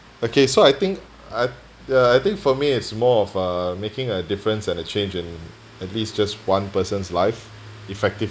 okay so I think I ya I think for me it's more of uh making a difference and a change in at least just one person's life effectively